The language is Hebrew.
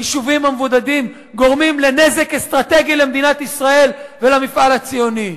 היישובים המבודדים גורמים נזק אסטרטגי למדינת ישראל ולמפעל הציוני.